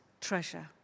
treasure